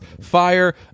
fire